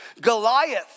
Goliath